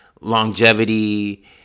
longevity